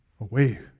away